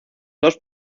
dos